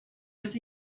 was